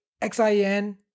X-I-N